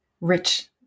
rich